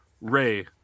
Ray